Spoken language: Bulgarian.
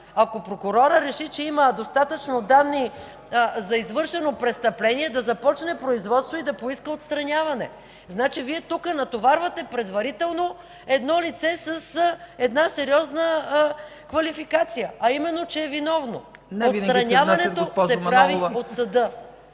Ако прокурорът реши, че има достатъчно данни за извършено престъпление, да започне производство и да поиска отстраняване. Значи, Вие тук натоварвате предварително едно лице с една сериозна квалификация, именно, че е виновно. ПРЕДСЕДАТЕЛ ЦЕЦКА ЦАЧЕВА: